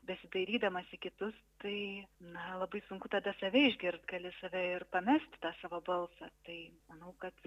besidairydamas į kitus tai na labai sunku tada save išgirt gali save ir pamesti tą savo balsą tai manau kad